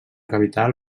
capital